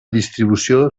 distribució